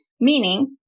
meaning